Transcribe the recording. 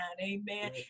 Amen